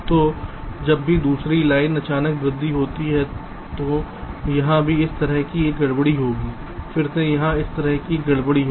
तो जब भी दूसरी लाइन में अचानक वृद्धि होती है तो यहां भी इस तरह से एक गड़बड़ी होगी फिर से यहां इस तरह से एक गड़बड़ी होगी